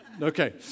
Okay